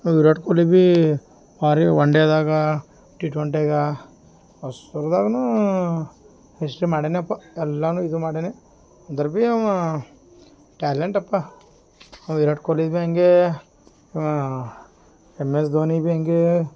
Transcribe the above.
ವಿರಾಟ್ ಕೊಯ್ಲಿ ಬಿ ಭಾರಿ ಒನ್ ಡೇದಾಗ ಟಿ ಟ್ವೆಂಟ್ಯಾಗ ಒಸ್ಟ್ರೋದಾಗ ಹಿಸ್ಟ್ರಿ ಮಾಡ್ಯಾನಪ್ಪ ಎಲ್ಲಾ ಇದು ಮಾಡ್ಯಾನೆ ಅಂದರ್ ಬಿ ಅವಾ ಟ್ಯಾಲೆಂಟಪ್ಪ ಅವ ವಿರಾಟ್ ಕೊಹ್ಲಿ ಬಿ ಹಂಗೇ ಎಂ ಎಸ್ ಧೋನಿ ಬಿ ಹಂಗೇ